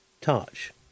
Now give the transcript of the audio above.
Touch